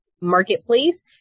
marketplace